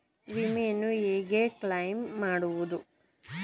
ವಿಮೆಯನ್ನು ಹೇಗೆ ಕ್ಲೈಮ್ ಮಾಡುವುದು?